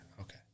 Okay